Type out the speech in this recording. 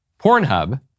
Pornhub